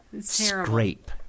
Scrape